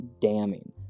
damning